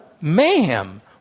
mayhem